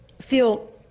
feel